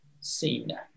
seen